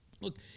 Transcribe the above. look